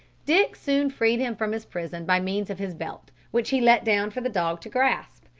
dick soon freed him from his prison by means of his belt, which he let down for the dog to grasp,